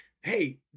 hey